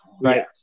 Right